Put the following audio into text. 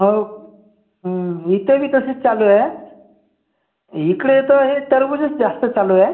हो इथंही तसंच चालू आहे इकडे तर हे टरबुजंच जास्त चालू आहे